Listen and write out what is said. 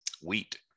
wheat